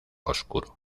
oscuro